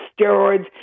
steroids